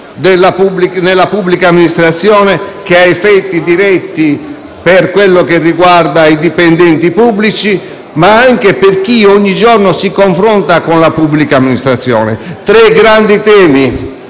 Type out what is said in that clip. nella pubblica amministrazione, che ha effetti diretti per quanto riguarda i dipendenti pubblici, ma anche per chi ogni giorno si confronta con la pubblica amministrazione. Tre grandi temi,